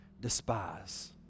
despise